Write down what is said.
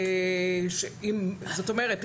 זאת אומרת,